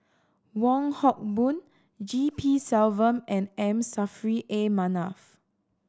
Wong Hock Boon G P Selvam and M Saffri A Manaf